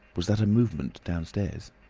was that a movement downstairs?